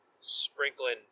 sprinkling